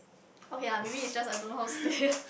okay ah maybe is just I don't know how to say